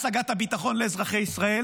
בהשגת הביטחון לאזרחי ישראל